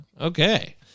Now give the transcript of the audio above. Okay